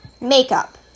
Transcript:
makeup